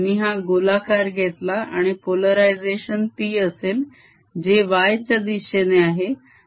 मी हा गोलाकार घेतला आणि polarization p असेल जे y च्या दिशेने आहे